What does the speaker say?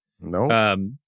No